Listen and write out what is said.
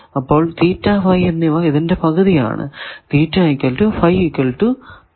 അപ്പോൾ എന്നിവ ഇതിന്റെ പകുതി ആണ്